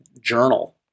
journal